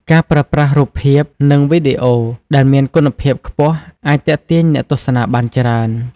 ការប្រើប្រាស់រូបភាព និងវីដេអូដែលមានគុណភាពខ្ពស់អាចទាក់ទាញអ្នកទស្សនាបានច្រើន។